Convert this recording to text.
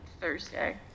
Thursday